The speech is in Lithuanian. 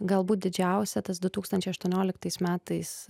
galbūt didžiausia tas du tūkstančiais aštuonioliktais metais